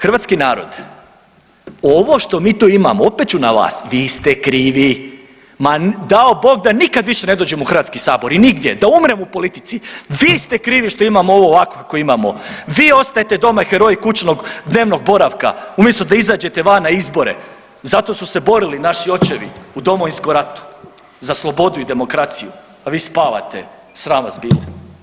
Hrvatski narod, ovo što mi tu imamo opet ću na vas, vi ste krivi, ma dao Bog da nikad više ne dođem u Hrvatski sabor i nigdje, da umrem u politici, vi ste krivi što imamo ovo ovakvo kakvo imamo, vi ostajete doma heroji kućnog dnevnog boravka umjesto da izađete van na izbore, zato su se borili naši očevi u Domovinskom ratu za slobodu i demokraciju, a vi spavate, sram vas bilo.